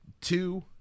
two